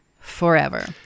forever